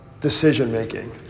decision-making